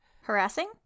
Harassing